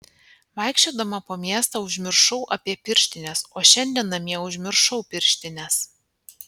vaikščiodama po miestą užmiršau apie pirštines o šiandien namie užmiršau pirštines